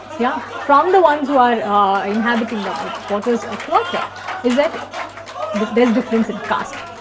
yeah from the once who are ah inhabiting the ah potters quarter is that that there is difference in caste.